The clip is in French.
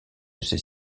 ces